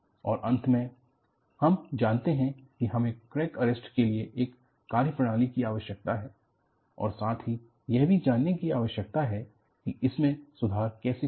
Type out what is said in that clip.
और अंत में हम जानते हैं कि हमें क्रैक अरेस्ट के लिए एक कार्यप्रणाली की आवश्यकता है और साथ ही यह भी जानने की आवश्यकता है कि इसमें सुधार कैसे करें